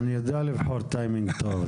אני יודע לבחור טיימינג טוב,